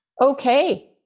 Okay